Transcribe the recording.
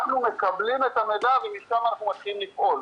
אנחנו מקבלים את המידע ומשם אנחנו ממשיכים לפעול.